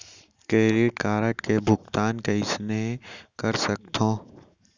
Credit card के भुगतान कईसने कर सकथो?